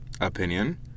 opinion